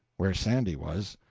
where sandy was.